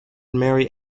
mary